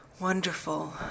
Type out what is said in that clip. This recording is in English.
wonderful